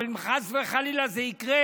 אבל אם חס וחלילה זה יקרה,